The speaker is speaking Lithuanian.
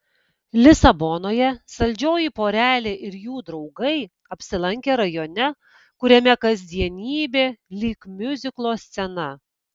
lisabonoje saldžioji porelė ir jų draugai apsilankė rajone kuriame kasdienybė lyg miuziklo scena